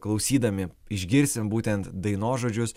klausydami išgirsim būtent dainos žodžius